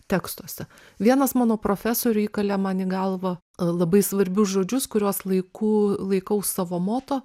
tekstuose vienas mano profesorių įkalė man į galvą labai svarbius žodžius kuriuos laiku laikau savo moto